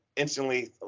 instantly